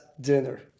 dinner